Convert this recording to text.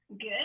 Good